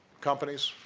companies,